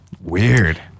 Weird